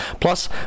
plus